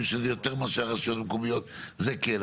שזה יותר מאשר הרשויות המקומיות זה כן,